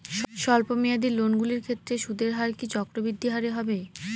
স্বল্প মেয়াদী লোনগুলির ক্ষেত্রে সুদের হার কি চক্রবৃদ্ধি হারে হবে?